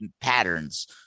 patterns